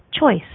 choice